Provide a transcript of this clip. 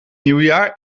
nieuwjaar